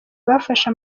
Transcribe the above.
bafashe